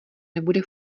nebude